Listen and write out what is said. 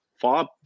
far